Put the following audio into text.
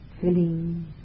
filling